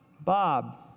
Bob